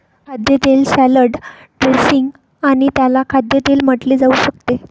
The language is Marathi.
खाद्यतेल सॅलड ड्रेसिंग आणि त्याला खाद्यतेल म्हटले जाऊ शकते